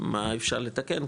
מה אפשר לתקן,